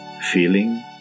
Feeling